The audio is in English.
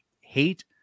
hate